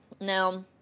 Now